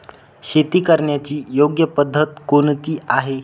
शेती करण्याची योग्य पद्धत कोणती आहे?